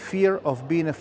fear of being a